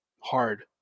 hard